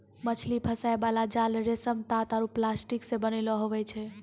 मछली फसाय बाला जाल रेशम, तात आरु प्लास्टिक से बनैलो हुवै छै